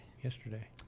yesterday